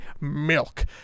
milk